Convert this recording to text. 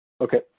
Okay